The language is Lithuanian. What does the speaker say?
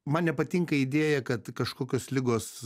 man nepatinka idėja kad kažkokios ligos